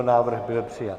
Návrh byl přijat.